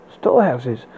storehouses